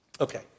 Okay